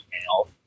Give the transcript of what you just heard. email